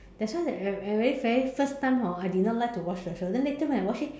that's why I very very first time hor I did not like to watch the show then later when I watch it